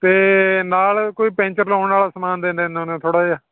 ਅਤੇ ਨਾਲ ਕੋਈ ਪੈਂਚਰ ਲਾਉਣ ਵਾਲਾ ਸਮਾਨ ਦੇ ਦਿੰਦੇ ਹੁਣੇ ਆ ਥੋੜ੍ਹਾ ਜਿਹਾ